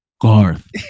garth